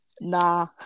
Nah